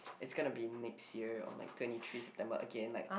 it's gonna be next year or like twenty three September again like